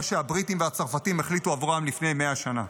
שהבריטים והצרפתים החליטו עבורם לפני 100 שנה.